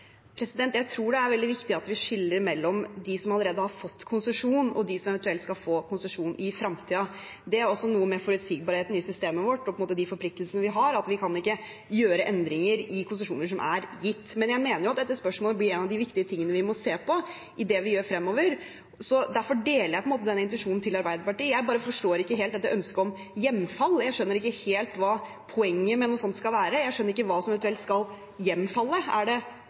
veldig viktig at vi skiller mellom dem som allerede har fått konsesjon, og dem som eventuelt skal få konsesjon i fremtiden. Det har også noe med forutsigbarheten i systemet vårt og de forpliktelsene vi har, å gjøre. Vi kan ikke gjøre endringer i konsesjoner som er gitt. Men jeg mener dette spørsmålet blir noe av det viktige vi må se på i det vi gjør fremover, og derfor deler jeg på en måte intensjonen til Arbeiderpartiet. Jeg forstår bare ikke ønsket om hjemfall, jeg skjønner ikke helt hva poenget med noe sånt skal være. Jeg skjønner ikke hva som eventuelt skal hjemfalle. Er det